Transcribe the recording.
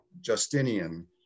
justinian